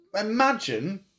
imagine